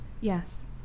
yes